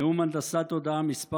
נאום הנדסת תודעה מס'